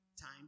Time